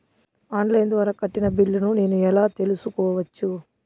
On line ద్వారా కట్టిన బిల్లును నేను ఎలా తెలుసుకోవచ్చు?